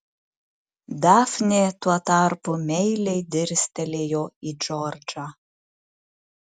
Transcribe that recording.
dafnė tuo tarpu meiliai dirstelėjo į džordžą